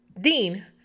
Dean